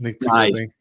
Nice